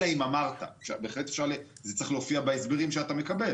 אלא אם אמרת בהחלט זה צריך להופיע בהסברים שאתה מקבל